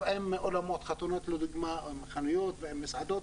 עם אולמות חתונות לדוגמה או עם חנויות ועם מסעדות.